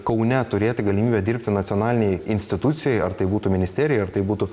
kaune turėti galimybę dirbti nacionalinėj institucijoj ar tai būtų ministerijoj ar tai būtų